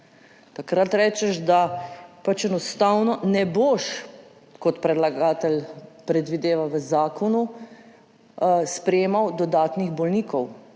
Takrat rečeš, da pač enostavno ne boš, kot predlagatelj predvideva v zakonu, sprejemal dodatnih bolnikov